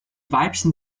weibchen